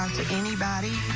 to anybody